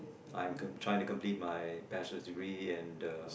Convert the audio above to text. I'm com~ trying to complete my bachelor degree and uh